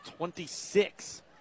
26